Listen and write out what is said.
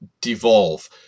devolve